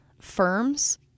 firms